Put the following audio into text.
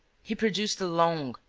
he produced a long,